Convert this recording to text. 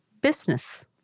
business